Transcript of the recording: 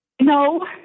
no